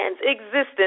existence